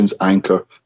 anchor